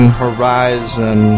horizon